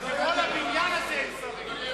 בכל הבניין הזה אין שרים.